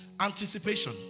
Anticipation